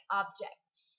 objects